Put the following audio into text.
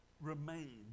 remain